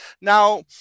Now